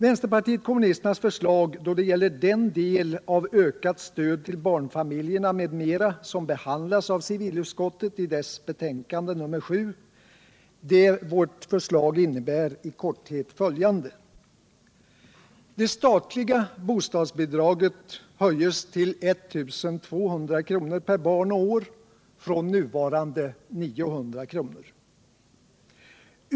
Vänsterpartiet kommunisternas förslag då det gäller den del av ökat stöd till barnfamiljer m.m., som behandlats av civilutskottet i dess betänkande nr 7, innebär i korthet följande. Det statliga bostadsbidraget höjes till 1 200 kr. per barn och år från nuvarande 900 kr.